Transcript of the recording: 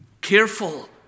careful